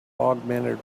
augmented